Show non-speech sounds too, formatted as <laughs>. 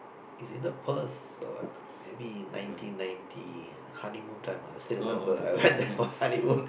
it's either Perth or what maybe nineteen ninety honeymoon time ah I still remember I went there for honeymoon <laughs>